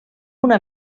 una